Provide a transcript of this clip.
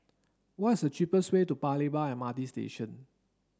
what is the cheapest way to Paya Lebar M R T Station